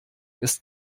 ist